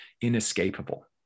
inescapable